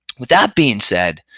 with that being said